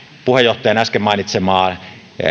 puheenjohtajan äsken mainitsemaa